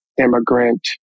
immigrant